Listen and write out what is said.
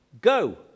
go